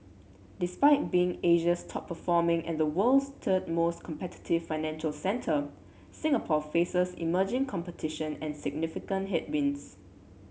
despite being Asia's top performing and the world's third most competitive financial centre Singapore faces emerging competition and significant headwinds